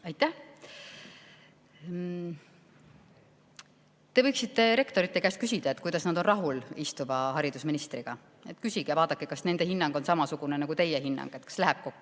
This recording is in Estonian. Aitäh! Te võiksite rektorite käest küsida, kuidas nad on rahul istuva haridusministriga. Küsige ja vaadake, kas nende hinnang on samasugune nagu teie hinnang, kas läheb kokku.